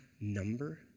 number